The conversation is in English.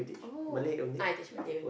oh ah I teach Malay only